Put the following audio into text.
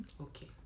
Okay